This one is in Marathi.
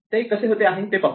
ते कसे बरोबर आहे ते पाहूया